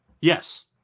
Yes